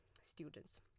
students